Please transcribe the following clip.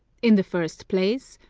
in the first place,